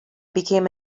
became